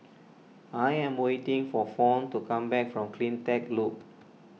I am waiting for Fawn to come back from CleanTech Loop